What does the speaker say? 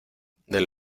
del